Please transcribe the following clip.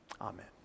amen